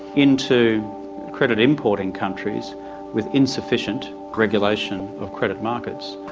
into credit importing countries with insufficient regulation of credit markets,